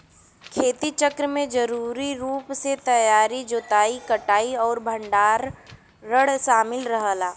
खेती चक्र में जरूरी रूप से तैयारी जोताई कटाई और भंडारण शामिल रहला